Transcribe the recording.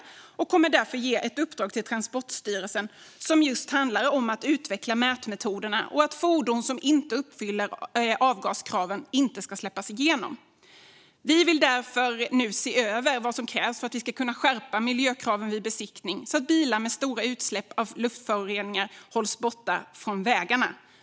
Regeringen kommer därför att ge ett uppdrag till Transportstyrelsen som just handlar om att utveckla mätmetoderna och att fordon som inte uppfyller avgaskraven inte ska släppas igenom. Vi vill därför nu se över vad som krävs för att vi ska kunna skärpa miljökraven vid besiktning så att bilar med stora utsläpp av luftföroreningar hålls borta från vägarna.